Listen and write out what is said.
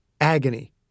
Agony